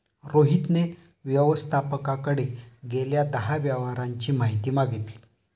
रोहितने व्यवस्थापकाकडे गेल्या दहा व्यवहारांची माहिती मागितली